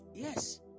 Yes